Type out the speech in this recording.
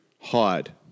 hide